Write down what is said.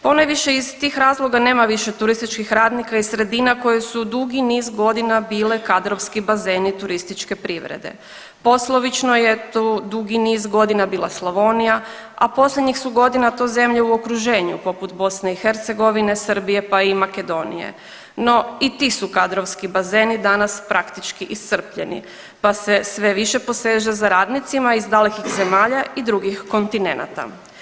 Ponajviše iz tih razloga nema više turističkih radnika iz sredina koje su dugi niz godina bile kadrovski bazeni turističke privrede, poslovično je tu dugi niz godina bila Slavonija, a posljednjih su godina to zemlje u okruženju poput BiH, Srbije, pa i Makedonije, no i ti su kadrovski bazeni danas praktički iscrpljeni, pa se sve više poseže za radnicima iz dalekih zemalja i drugih kontinenata.